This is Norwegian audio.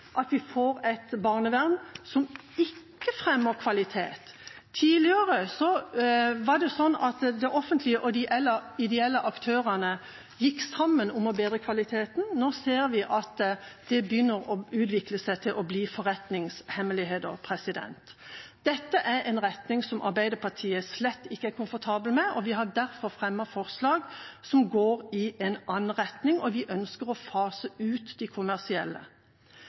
at vi får et barnevern som ikke fremmer kvalitet. Tidligere var det slik at det offentlige og de ideelle aktørene gikk sammen om å bedre kvaliteten. Nå ser vi at det begynner å utvikle seg til å bli forretningshemmeligheter. Dette er en retning som Arbeiderpartiet slett ikke er komfortabel med. Vi har derfor fremmet forslag som går i en annen retning, og vi ønsker å fase ut de kommersielle.